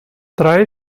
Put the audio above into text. drei